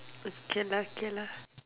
okay lah okay lah